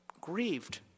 grieved